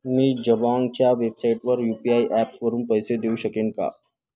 मी जबाँगच्या वेबसाईटवर U P I ॲप्सवरून पैसे देऊ शकेन का